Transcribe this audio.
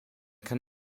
kann